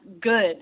good